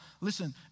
listen